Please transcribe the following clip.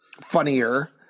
funnier